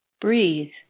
Breathe